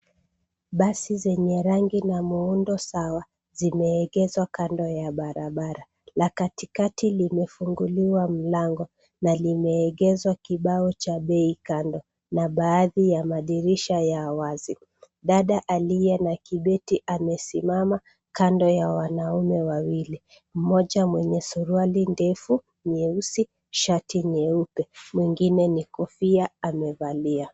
Basi zenye rangi na muundo sawa zimiegeshwa kando ya barabara la katikati limefunguliwa mlango na limeegeshwa kibao cha bei kando na baadhi ya madirisha ya wazi. Dada aliye na kibeti amesimama kando ya wanaume waiwili, mmoja mwenye suruali ndefu nyeusi shati nyeupe mwingine ni kofia amevalia.